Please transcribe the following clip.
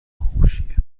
هوشیه